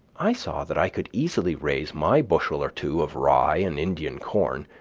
i saw that i could easily raise my bushel or two of rye and indian corn,